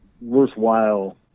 worthwhile